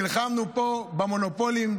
נלחמנו פה במונופולים,